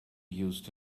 used